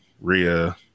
RIA